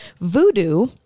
voodoo